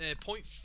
point